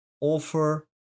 offer